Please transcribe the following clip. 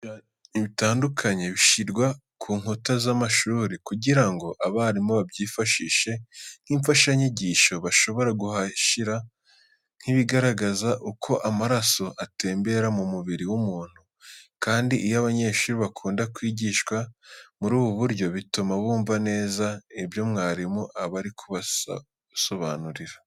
Ibishushanyo bitandukanye bishyirwa ku nkuta z'amashuri kugira ngo abarimu babyifashishe nk'imfashanyigisho. Bashobora kuhashyira nk'ibigaragaza uko amaraso atembera mu mubiri w'umuntu kandi iyo abanyeshuri bakunda kwigishwa muri ubu buryo, bituma bumva neza ibyo mwarimu aba ari kubasobanurira.